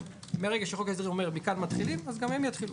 מרגע שחוק ההסדרים אומר מכאן מתחילים אז גם הם יתחילו.